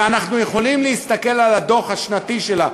ואנחנו יכולים להסתכל על הדוח השנתי שלה,